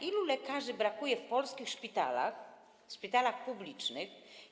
Ilu lekarzy brakuje w polskich szpitalach, w szpitalach publicznych?